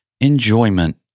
enjoyment